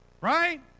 right